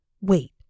Wait